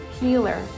healer